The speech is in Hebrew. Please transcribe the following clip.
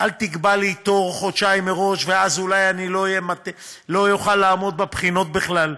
אל תקבע לי תור חודשיים מראש ואז אולי אני לא אוכל לעמוד בבחינות בכלל,